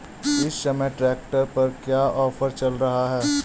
इस समय ट्रैक्टर पर क्या ऑफर चल रहा है?